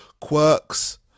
quirks